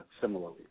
similarly